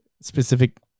specific